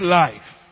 life